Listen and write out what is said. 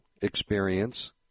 experience